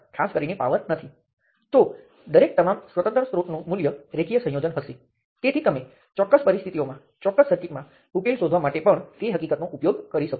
તેથી તે સબસ્ટીટ્યૂશન થિયર્મનું થોડું વિસ્તરણ છે